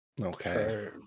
okay